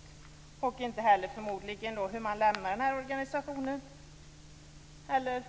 Det finns förmodligen inte heller regler om hur man lämnar organisationen eller